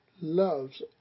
loves